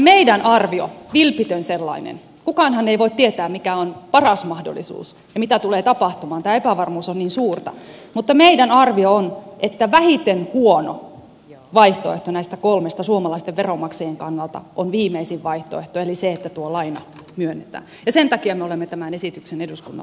meidän arviomme vilpitön sellainen kukaanhan ei voi tietää mikä on paras mahdollisuus ja mitä tulee tapahtumaan tämä epävarmuus on niin suurta on että vähiten huono vaihtoehto näistä kolmesta suomalaisten veronmaksajien kannalta on viimeisin vaihtoehto eli se että tuo laina myönnetään ja sen takia me olemme tämän esityksen eduskunnalle tehneet